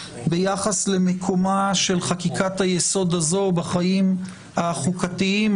ביחס למיקומה של חקיקת היסוד הזאת בחיים החוקתיים,